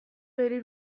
بری